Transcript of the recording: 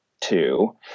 two